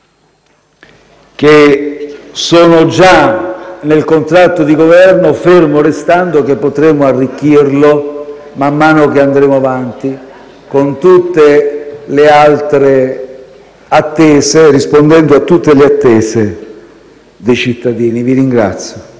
che sono già nel contratto di Governo, fermo restando che potremo arricchirlo man mano che andremo avanti, rispondendo a tutte le attese dei cittadini. Vi ringrazio.